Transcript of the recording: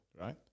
Right